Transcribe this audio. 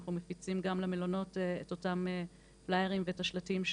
ואנחנו מפיצים גם למלונות את אותם פליירים ושלטים,